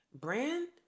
brand